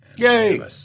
Yay